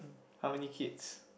how many kids